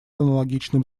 аналогичным